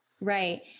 right